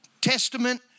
Testament